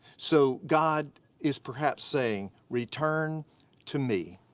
so god is perhaps saying return to me.